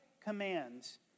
commands